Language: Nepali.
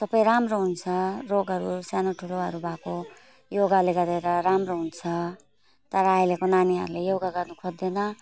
सबै राम्रो हुन्छ रोगहरू सानोठुलोहरू भएको योगाले गरेर राम्रो हुन्छ तर अहिलेको नानीहरूले योगा गर्नु खोज्दैन